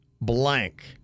blank